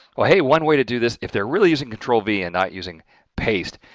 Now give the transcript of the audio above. well, hey! one way to do this if they're really using control v and not using paste,